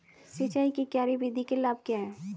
सिंचाई की क्यारी विधि के लाभ क्या हैं?